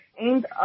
aimed